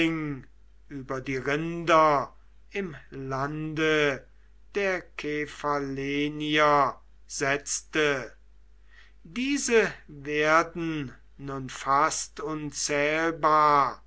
über die rinder im lande der kephallenier setzte diese werden nun fast unzählbar